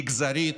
מגזרית,